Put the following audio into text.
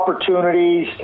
opportunities